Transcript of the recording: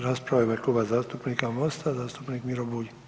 rasprava u ime Kluba zastupnika Mosta zastupnik Miro Bulj.